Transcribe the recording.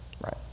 right